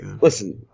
listen